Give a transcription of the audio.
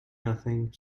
nothing